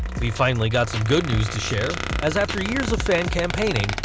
we've finally got some good news to share, as after years of fan campaigning,